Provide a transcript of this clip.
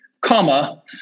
comma